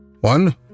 One